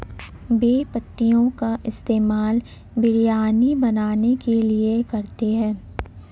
बे पत्तियों का इस्तेमाल बिरयानी बनाने के लिए करते हैं